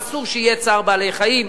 אסור שיהיה צער בעלי-חיים,